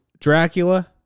Dracula